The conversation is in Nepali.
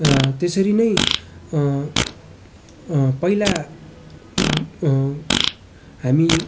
त्यसरी नै पहिला हा हामी